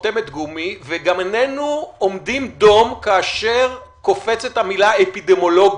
חותמת גומי וגם איננו עומדים דום כאשר קופצת המילה אפידמיולוגי,